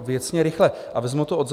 Věcně, rychle a vezmu to odzadu.